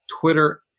Twitter